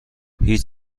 هیچ